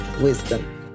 Wisdom